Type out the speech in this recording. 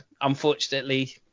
unfortunately